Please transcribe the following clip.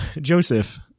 Joseph